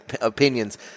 opinions